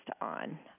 on